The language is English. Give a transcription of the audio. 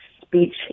speech